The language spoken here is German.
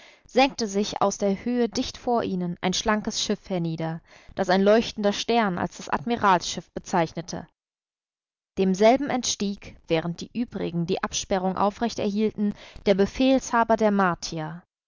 senkte sich aus der höhe dicht vor ihnen ein schlankes schiff hernieder das ein leuchtender stern als das admiralsschiff bezeichnete demselben entstieg während die übrigen die absperrung aufrecht erhielten der befehlshaber der martier